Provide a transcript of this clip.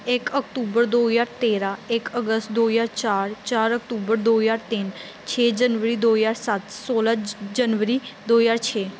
ਇੱਕ ਅਕਤੂਬਰ ਦੋ ਹਜ਼ਾਰ ਤੇਰ੍ਹਾਂ ਇੱਕ ਅਗਸਤ ਦੋ ਹਜ਼ਾਰ ਚਾਰ ਚਾਰ ਅਕਤੂਬਰ ਦੋ ਹਜ਼ਾਰ ਤਿੰਨ ਛੇ ਜਨਵਰੀ ਦੋ ਹਜ਼ਾਰ ਸੱਤ ਸੋਲ੍ਹਾਂ ਜ ਜਨਵਰੀ ਦੋ ਹਜ਼ਾਰ ਛੇ